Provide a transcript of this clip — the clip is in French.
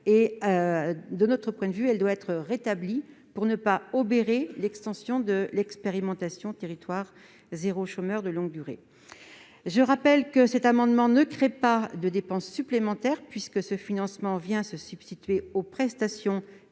De notre point de vue, elle doit être rétablie pour ne pas obérer l'extension de l'expérimentation « territoires zéro chômeur de longue durée ». Cet amendement ne tend pas à créer de dépense supplémentaire, puisque ce financement vient se substituer aux prestations déjà